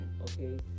okay